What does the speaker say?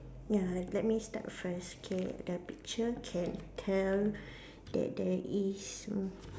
ya le~ let me start first K the picture can tell that there is mm